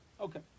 Okay